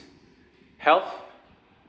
health